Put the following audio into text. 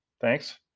thanks